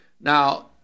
Now